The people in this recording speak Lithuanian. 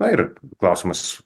na ir klausimas